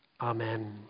Amen